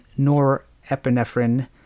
norepinephrine